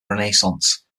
renaissance